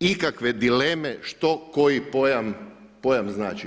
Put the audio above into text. ikakve dileme što koji pojam znači.